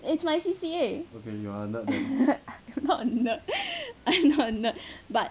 it's my C_C_A I'm not a nerd I'm not a nerd but